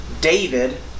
David